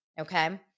Okay